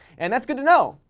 and that's good to know.